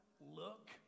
look